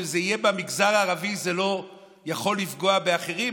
שזה יהיה במגזר הערבי ולא יוכל לפגוע באחרים?